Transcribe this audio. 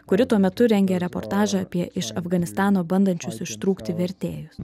kuri tuo metu rengė reportažą apie iš afganistano bandančius ištrūkti vertėjus